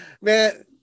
Man